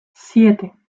siete